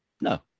no